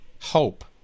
hope